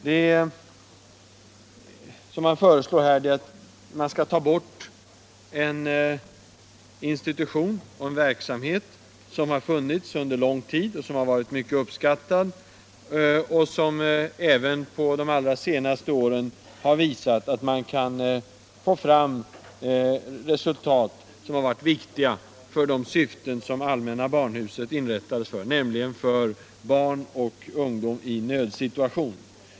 Här föreslås att man skall ta bort en institution och en verksamhet som har funnits under lång tid, som har varit mycket uppskattad och som även under de allra senaste åren visat att man kan få fram resultat som har varit viktiga för de syften som allmänna barnhuset inrättades för, nämligen för barn och ungdom i nödsituation.